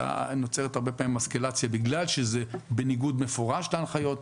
נוצרת הרבה פעמים אסקלציה בגלל שזה בניגוד מפורש להנחיות,